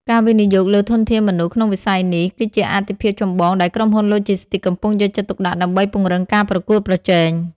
ការវិនិយោគលើធនធានមនុស្សក្នុងវិស័យនេះ គឺជាអាទិភាពចម្បងដែលក្រុមហ៊ុនឡូជីស្ទីកកំពុងយកចិត្តទុកដាក់ដើម្បីពង្រឹងការប្រកួតប្រជែង។